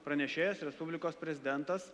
pranešėjas respublikos prezidentas